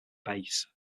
base